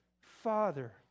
Father